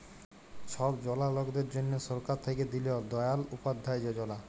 ছব জলা লকদের জ্যনহে সরকার থ্যাইকে দিল দয়াল উপাধ্যায় যজলা